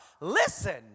listen